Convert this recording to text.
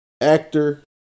actor